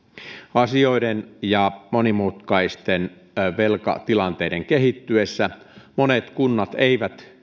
asioiden ja monimutkaisten velkatilanteiden kehittyessä monet kunnat eivät